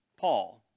Paul